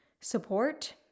support